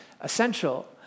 essential